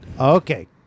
Okay